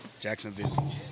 Jacksonville